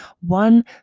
one